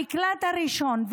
המקלט הראשון.